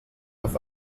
auf